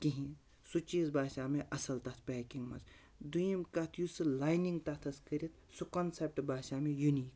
کِہیٖنۍ سُہ چیٖز باسیٛو مےٚ اَصٕل تَتھ پیکِنٛگ منٛز دۄیِم کَتھ یُس سُہ لاینِنٛگ تَتھ ٲس کٔرِتھ سُہ کَنسیپٹ باسیٛو مےٚ یوٗنیٖک